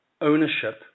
ownership